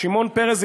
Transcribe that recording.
שמעון פרס,